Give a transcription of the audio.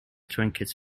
trinkets